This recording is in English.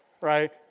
right